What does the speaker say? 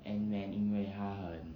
antman 因为他很